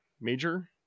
Major